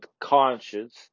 conscience